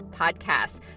podcast